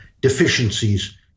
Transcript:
deficiencies